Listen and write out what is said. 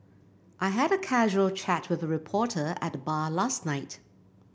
I had a casual chat with a reporter at the bar last night